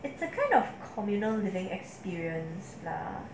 it's a kind of communal living experience ya